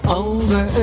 over